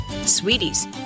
Sweeties